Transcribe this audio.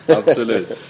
absolut